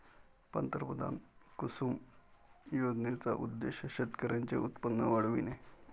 पंतप्रधान कुसुम योजनेचा उद्देश शेतकऱ्यांचे उत्पन्न वाढविणे